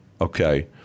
okay